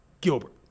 Gilbert